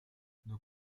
nos